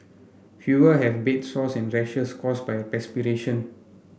fewer have bed sores and rashes caused by perspiration